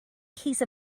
case